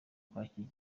kwakira